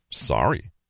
sorry